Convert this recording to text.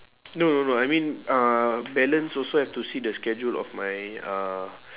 no no no I mean uh balance also have to see the schedule of my uh